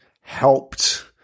helped